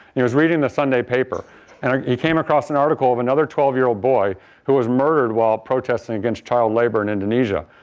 he was reading the sunday paper and um he came across an article of another twelve year old boy who was murdered while protesting against child labor in indonesia.